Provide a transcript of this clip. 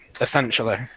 Essentially